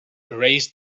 erased